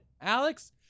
Alex